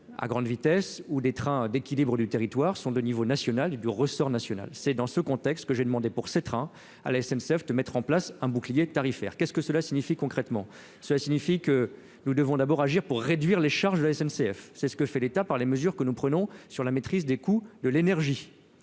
à grande vitesse ou des trains d'équilibre du territoire sont de niveau national est du ressort national c'est dans ce contexte que j'ai demandé pour ces trains à la SNCF de mettre en place un bouclier tarifaire qu'est-ce que cela signifie concrètement, cela signifie que nous devons d'abord agir pour réduire les charges de la SNCF, c'est ce que fait l'État par les mesures que nous prenons sur la maîtrise des coûts de l'énergie